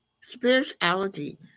Spirituality